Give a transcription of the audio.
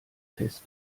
fest